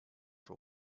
for